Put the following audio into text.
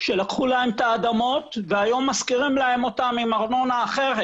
שלקחו להם את האדמות והיום משכירים להם אותם עם ארנונה אחרת.